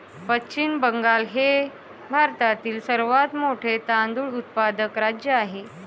पश्चिम बंगाल हे भारतातील सर्वात मोठे तांदूळ उत्पादक राज्य आहे